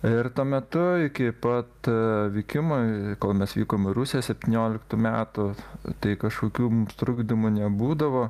ir tuo metu iki pat vykimo kol mes vykom į rusiją septynioliktų metų tai kažkokių mums trukdymų nebūdavo